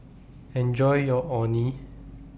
Enjoy your Orh Nee